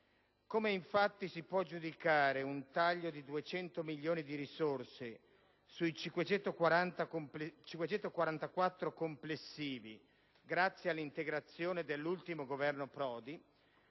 come, infatti, si può giudicare un taglio di 200 milioni di risorse, sui 544 complessivi grazie all'integrazione dell'ultimo Governo Prodi,